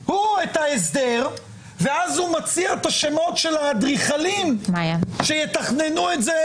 ההסדר ואז הוא מציע את שמות האדריכלים שיתכננו את זה.